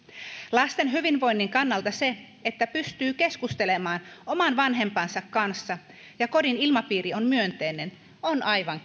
lasten hyvinvoinnin kannalta se että pystyy keskustelemaan oman vanhempansa kanssa ja kodin ilmapiiri on myönteinen on aivan